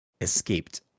Escaped